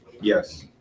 Yes